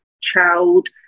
child